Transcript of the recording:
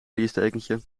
fleecedekentje